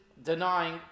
denying